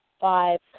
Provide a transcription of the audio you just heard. five